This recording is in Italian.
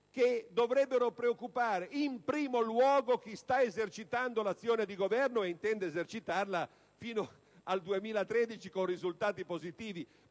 che dovrebbero preoccupare, in primo luogo, chi sta esercitando l'azione di governo e intende esercitarla fino al 2013 con risultati positivi.